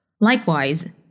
Likewise